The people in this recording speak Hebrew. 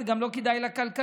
זה גם לא כדאי לה כלכלית,